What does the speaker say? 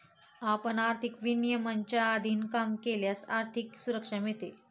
आपण आर्थिक विनियमांच्या अधीन काम केल्यास आर्थिक सुरक्षा मिळते